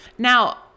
Now